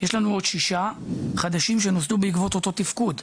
יש לנו עוד שישה חדשים שנוסדו בעקבות אותו תפקוד,